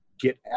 get